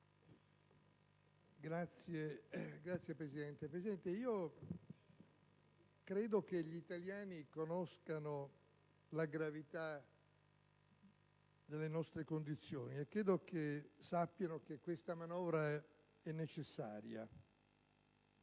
*(PD)*. Signora Presidente, credo che gli italiani conoscano la gravità delle nostre condizioni e credo che sappiano che questa manovra è necessaria.